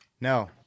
No